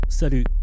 Salut